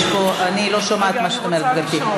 אני לא שומעת מה שאת אומרת, גברתי.